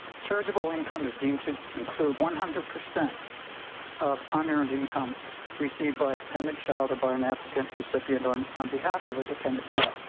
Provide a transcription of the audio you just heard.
chargeable income is deemed to include one hundred percent of unearned income received by a dependent child or by an applicant recipient on um behalf of a dependent child.